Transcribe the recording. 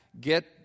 Get